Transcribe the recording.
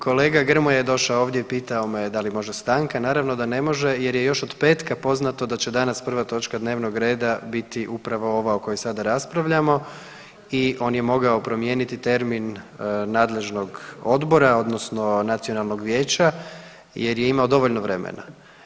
Kolega Grmoja je došao ovdje i pitao me je da li može stanka, naravno da ne može jer je još od petka poznato da će danas prva točka dnevnog reda biti upravo ova o kojoj sada raspravljamo i on je mogao promijeniti termin nadležnog odbora odnosno nacionalnog vijeća jer je imao dovoljno vremena.